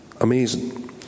amazing